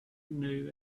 new